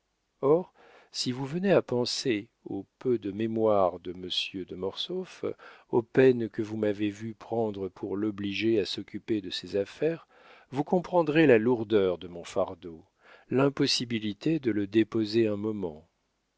or si vous venez à penser au peu de mémoire de monsieur de mortsauf aux peines que vous m'avez vue prendre pour l'obliger à s'occuper de ses affaires vous comprendrez la lourdeur de mon fardeau l'impossibilité de le déposer un moment